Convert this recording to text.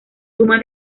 suma